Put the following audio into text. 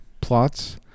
plots